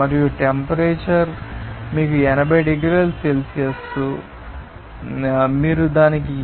మరియు టెంపరేచర్ మీకు 80 డిగ్రీల సెల్సియస్ తెలుసు మీరు దానిని